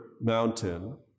mountain